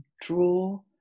draw